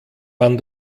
man